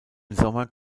sommer